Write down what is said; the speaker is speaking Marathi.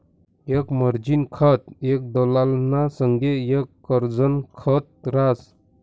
एक मार्जिन खातं एक दलालना संगे एक कर्जनं खात रास